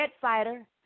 fighter